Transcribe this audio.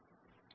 આ પિન 3